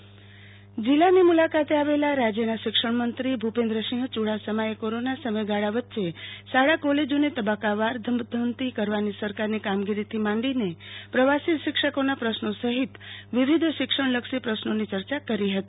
મંત્રી ભૂપેન્દ્રસિંહ ચુડાસમા જિલ્લાની મુલાકાતે આવેલા રાજ્યના શિક્ષણમંત્રી ભૂપેન્દ્રસિંહ ચુડાસમાએ કોરોના સમયગાળા વચ્ચે શાળા કોલેજોને તબક્કાવાર ધમધમતી કરવાની સરકારની કામગીરીથી માંડીને પ્રવાસી શિક્ષકોના પ્રશ્નો સહિત વીવિધ શિક્ષણલક્ષી પ્રશ્નોની ચર્ચા કરી હતી